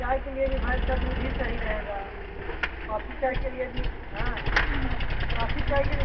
चाय के लिए भी भैंस का दूध ही सही रहेगा कॉफ़ी चाय के लिए भी हाँ कॉफ़ी चाय के लिए